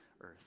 earth